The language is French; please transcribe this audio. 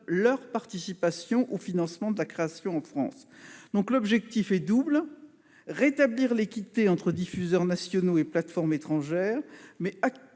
leur participation au financement de la création en France. L'objectif est double : d'une part, rétablir l'équité entre diffuseurs nationaux et plateformes étrangères ;